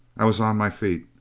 i was on my feet.